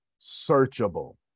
searchable